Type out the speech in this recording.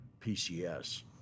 PCS